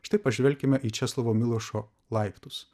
štai pažvelkime į česlovo milošo laiptus